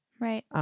right